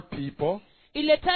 people